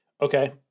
Okay